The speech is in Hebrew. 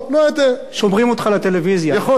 שומרים אותך לטלוויזיה, יפים כמוך.